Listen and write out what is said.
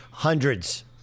Hundreds